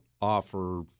offer